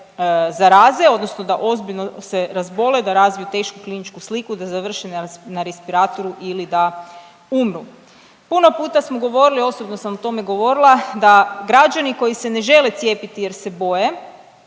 da se zaraze, odnosno da ozbiljno se razbole, da razviju tešku kliničku sliku, da završe na respiratoru ili da umru. Puno puta smo govorili, osobno sam o tome govorila da građani koji se ne žele cijepiti jer se boje,